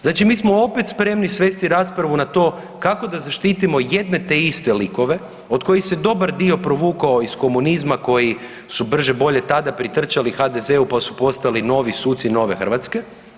Znači mi smo opet spremni svesti raspravu na to kako da zaštitimo jedne te iste likove od kojih se dobar dio provukao iz komunizma koji su brže bolje tada pritrčali tada HDZ-u pa su postali novi suci nove Hrvatske.